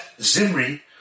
Zimri